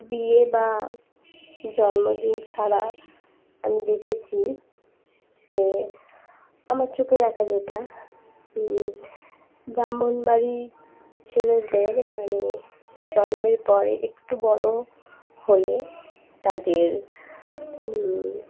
বিয়ে বা জন্মদিন ছাড়া আমি দেখেছি যে আমার চোখে দেখা যেটা ব্রাহ্মণবাড়ি ছেলেদের মানে জন্মের পরে একটু বড়ো হলে তাদের